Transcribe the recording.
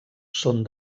són